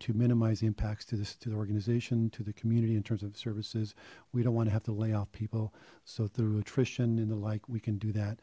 to minimize the impacts to the organization to the community in terms of services we don't want to have to layoff people so the attrition and the like we can do that